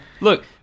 look